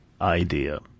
idea